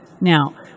Now